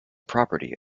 property